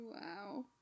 Wow